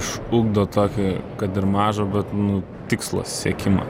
išugdo tokį kad ir mažą bet nu tikslo siekimą